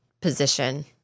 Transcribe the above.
position